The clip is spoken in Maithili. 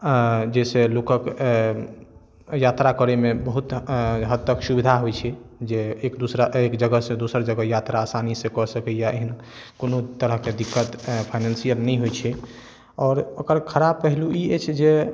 जाहिसॅं लोकक यात्रा करैमे बहुत हद तक सुविधा होइ छै जे एक दोसरा एक जगह से दोसरा जगह यात्रा आसानी से कऽ सकैया या एहन कोनो तरहक दिक्कत फाइनेंशियल नहि होइ छै आओर ओकर खराब पहलू ई अछि जे